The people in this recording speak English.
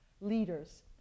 leaders